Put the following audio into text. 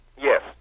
Yes